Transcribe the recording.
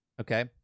okay